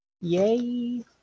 Yay